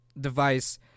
device